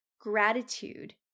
gratitude